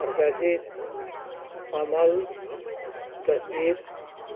Harkajit Kamal Jasvir